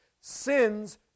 sin's